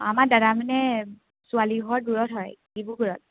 আমাৰ দাদা মানে ছোৱালীৰ ঘৰ দূৰত হয় ডিব্ৰুগড়ত